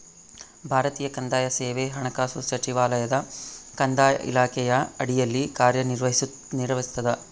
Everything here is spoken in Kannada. ಭಾರತೀಯ ಕಂದಾಯ ಸೇವೆ ಹಣಕಾಸು ಸಚಿವಾಲಯದ ಕಂದಾಯ ಇಲಾಖೆಯ ಅಡಿಯಲ್ಲಿ ಕಾರ್ಯನಿರ್ವಹಿಸ್ತದ